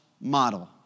model